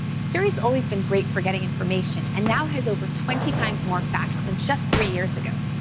siri's always been great for getting information and now has over twenty times more facts than just three years ago.